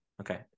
okay